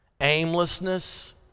aimlessness